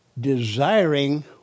desiring